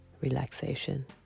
relaxation